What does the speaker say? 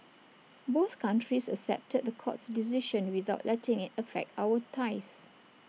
both countries accepted the court's decision without letting IT affect our ties